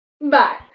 Bye